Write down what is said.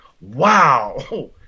Wow